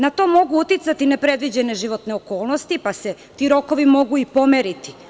Na to mogu uticati nepredviđene životne okolnosti, pa se ti rokovi mogu i pomeriti.